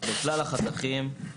בכלל החתכים,